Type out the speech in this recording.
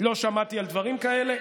לא שמעתי על דברים כאלה,